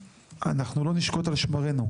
ואנחנו לא נשקוט על שמרינו,